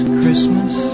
Christmas